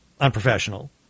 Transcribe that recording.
unprofessional